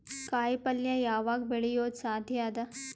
ಕಾಯಿಪಲ್ಯ ಯಾವಗ್ ಬೆಳಿಯೋದು ಸಾಧ್ಯ ಅದ?